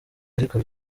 ariko